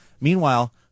Meanwhile